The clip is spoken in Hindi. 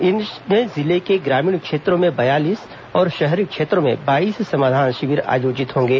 इनमें जिले के ग्रामीण क्षेत्रों में बयालीस और शहरी क्षेत्रों में बाईस समाधान शिविर आयोजित होंगे